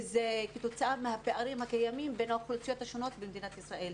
וזה כתוצאה מהפערים הקיימים בין האוכלוסיות השונות במדינת ישראל.